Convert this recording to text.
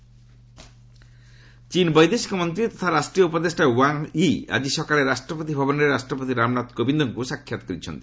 ପ୍ରେଜ୍ ଚୀନ୍ ଏଫ୍ଏମ୍ ଚୀନ୍ ବୈଦେଶିକ ମନ୍ତ୍ରୀ ତଥା ରାଷ୍ଟ୍ରୀୟ ଉପଦେଷ୍ଟା ୱାଙ୍ଗ ୟି ଆଜି ସକାଳେ ରାଷ୍ଟ୍ରପତି ଭବନରେ ରାଷ୍ଟ୍ରପତି ରାମନାଥ କୋବିନ୍ଦଙ୍କୁ ସାକ୍ଷାତ କରିଛନ୍ତି